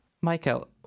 Michael